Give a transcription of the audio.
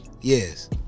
Yes